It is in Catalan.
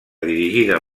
dirigida